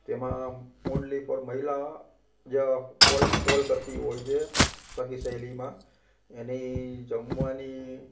તેમાં only for મહિલા જ કોલ કોલ કરતી હોય છે સખી સહેલીમાં એની જમવાની